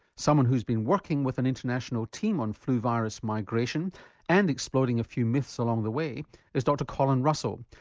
someone who's been working with an international team on flu virus migration and exploding a few myths along the way is dr colin russell,